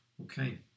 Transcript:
Okay